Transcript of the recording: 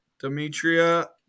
Demetria